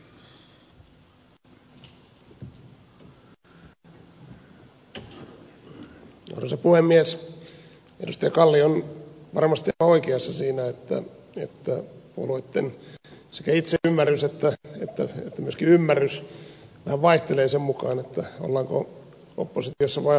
edustaja kalli on varmasti aivan oikeassa siinä että puolueitten sekä itseymmärrys että myöskin ymmärrys vähän vaihtelee sen mukaan ollaanko oppositiossa vai hallituksessa